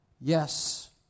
Yes